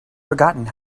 forgotten